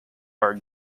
are